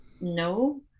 no